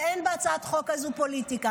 ואין בהצעת החוק הזו פוליטיקה.